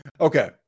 Okay